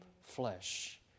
flesh